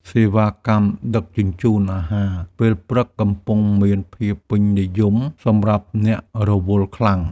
សេវាកម្មដឹកជញ្ជូនអាហារពេលព្រឹក កំពុងមានភាពពេញនិយមសម្រាប់អ្នករវល់ខ្លាំង។